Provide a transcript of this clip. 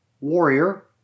warrior